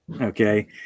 Okay